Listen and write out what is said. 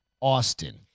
austin